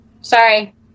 sorry